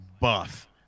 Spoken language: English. buff